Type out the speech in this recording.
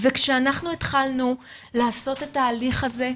וכשאנחנו התחלנו לעשות את ההליך הזה,